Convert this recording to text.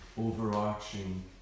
overarching